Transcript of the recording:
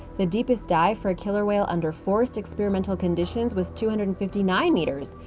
the deepest dive for a killer whale under forced experimental conditions was two hundred and fifty nine meters.